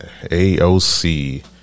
AOC